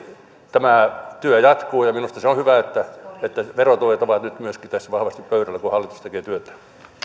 tämä työ jatkuu ja ja minusta se on hyvä että että myöskin verotuet ovat nyt tässä vahvasti pöydällä kun hallitus tekee työtään